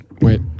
Wait